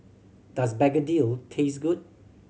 does begedil taste good